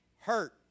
hurt